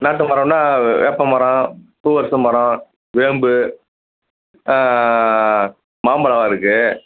நாட்டு மரன்னா வேப்ப மரம் பூவரச மரம் வேம்பு மாம்மரம் இருக்குது